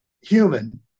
human